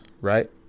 right